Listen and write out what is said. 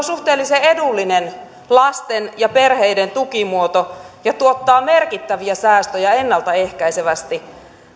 suhteellisen edullinen lasten ja perheiden tukimuoto ja tuottaa merkittäviä säästöjä ennalta ehkäisevästi